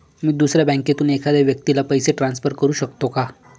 मी दुसऱ्या बँकेतून एखाद्या व्यक्ती ला पैसे ट्रान्सफर करु शकतो का?